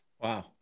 Wow